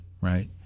right